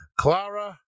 Clara